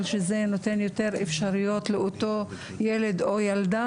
שזה נותן יותר אפשרויות לאותו הילד או הילדה,